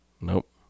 Nope